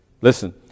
Listen